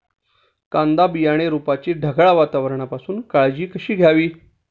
कांदा बियाणे रोपाची ढगाळ वातावरणापासून काळजी कशी घ्यावी?